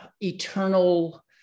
eternal